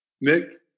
Nick